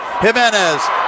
Jimenez